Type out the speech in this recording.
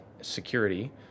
security